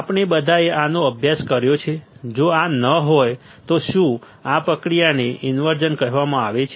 આપણે બધાએ આનો અભ્યાસ કર્યો છે જો આ ન હોય તો શું આ પ્રક્રિયાને ઇન્વર્ઝન કહેવામાં આવે છે